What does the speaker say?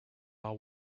are